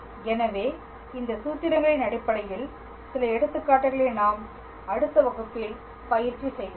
எனவே இந்த சூத்திரங்களின் அடிப்படையில் சில எடுத்துக்காட்டுகளை நாம் அடுத்த வகுப்பில் பயிற்சி செய்வோம்